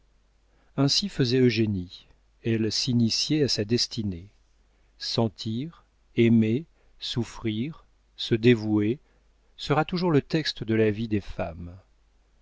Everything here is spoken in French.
ainsi faisait eugénie elle s'initiait à sa destinée sentir aimer souffrir se dévouer sera toujours le texte de la vie des femmes